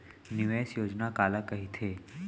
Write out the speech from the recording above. निवेश योजना काला कहिथे?